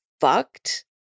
fucked